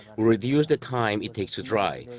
we reduced the time it takes to dry,